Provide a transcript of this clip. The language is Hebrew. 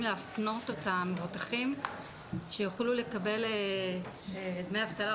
להפנות אותם מבוטחים שיוכלו לקבל דמי אבטלה,